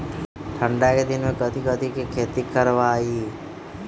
ठंडा के दिन में कथी कथी की खेती करवाई?